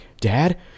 dad